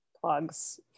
plugs